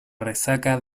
resaca